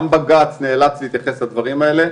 גם בג"צ נאלץ להתייחס לדברים האלה,